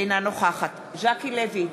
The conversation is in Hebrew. אינה נוכחת ז'קי לוי,